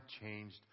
changed